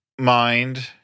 mind